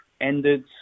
ended